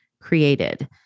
created